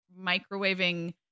microwaving